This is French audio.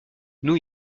new